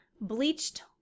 bleached